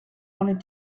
wanted